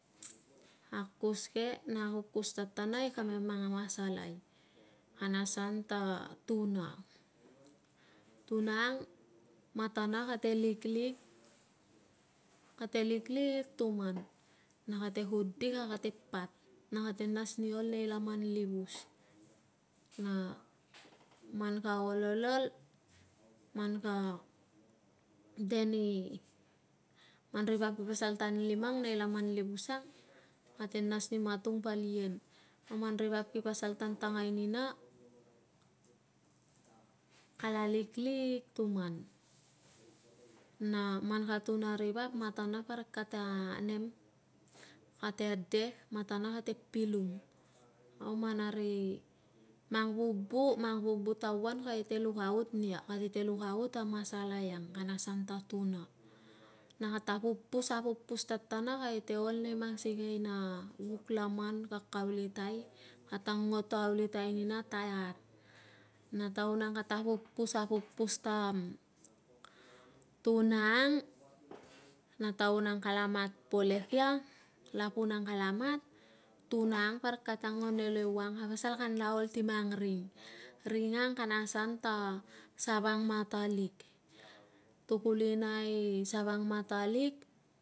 Akus ke na akukus tatana i kamem mang masalai kana asan ta tuna. tuna ang, matana kate liklik, kate liklik tuman na kate kudik a kate pat na kate nas ni ol nei laman livus na man ka ol, ol, ol man ka de ni, man ri vap ki pasal tan limang nei laman livus ang, kate nas ni matung val ien. Au man ri vap ki pasal tan tangai nina, kala liklik tuman na man ka tun a ri vap, matana parik ka te nem, kate de, matana kate pilum. Au man a, ri, mang vubu, mang vubu tauan kate lukaut nia, kate lukaut a masalai ang kana asan ta tuna na kata apupus, apupus tatana, kate ol nei mang sikei a vuk laman kakaulitai, kata ngoto aulitai nina ta iat na taun ang kata apupus, apupus ta tuna ang na taun ang kala mat polek ia, lapun ang kala mat, tuna ang parik ang, parik kata nguan ol ewang, ka pasal kanla ol ti mang ring. Ring ang kana asan ta savangmatalik. Tukulina i savangmatalik.